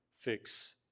fix